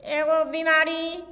एगो बीमारी